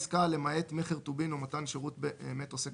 "עסקה" למעט מכר טובין או מתן שירות מאת עוסק